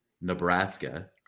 Nebraska